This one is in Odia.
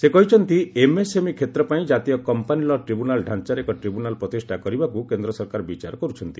ସେ କହିଛନ୍ତି ଏମ୍ଏସ୍ଏମ୍ଇ କ୍ଷେତ୍ରପାଇଁ ଜାତୀୟ କମ୍ପାନୀ ଲ' ଟ୍ରିବ୍ୟୁନାଲ୍ ଢାଞ୍ଚାରେ ଏକ ଟ୍ରିବ୍ୟୁନାଲ୍ ପ୍ରତିଷ୍ଠା କରିବାକୁ କେନ୍ଦ୍ର ସରକାର ବିଚାର କରୁଛନ୍ତି